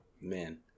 Man